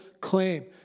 claim